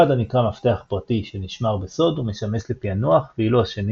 אחד הנקרא מפתח פרטי שנשמר בסוד ומשמש לפענוח ואילו השני